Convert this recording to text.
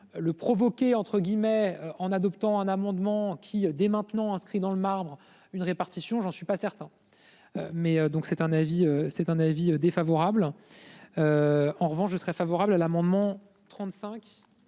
le provoquer entre guillemets en adoptant un amendement qui dès maintenant inscrit dans le marbre une répartition j'en suis pas certain. Mais donc c'est un avis c'est un avis défavorable. En revanche je serais favorable à l'amendement 35